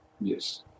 Yes